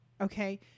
Okay